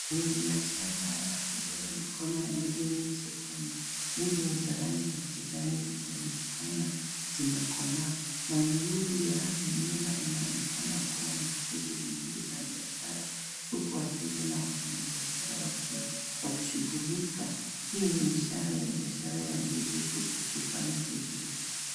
Mfanibiashara akibeba mikono ya ndizi nyingi sokoni, ndizi ni za rangi ya kijani zikionekana zimekomaa na nzuri ya nyuma inaonekana kuwa na shughuli nyingi za biashara huku wateja na wafanyabiashara walishughulika hii ni ishara ya biashara ya ndizi ikifanya vizuri.